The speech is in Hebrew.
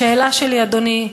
השאלה שלי, אדוני,